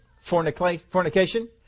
fornication